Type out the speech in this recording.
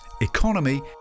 Economy